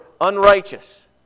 unrighteous